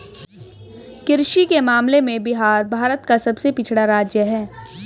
कृषि के मामले में बिहार भारत का सबसे पिछड़ा राज्य है